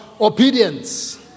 obedience